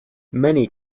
many